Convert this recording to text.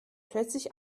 plötzlich